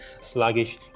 sluggish